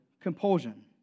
compulsion